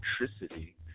electricity